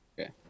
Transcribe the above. Okay